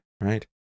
right